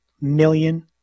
million